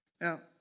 Now